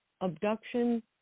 abduction